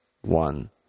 one